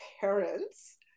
parents